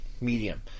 medium